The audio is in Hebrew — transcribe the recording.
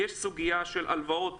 יש את סוגיית הלוואות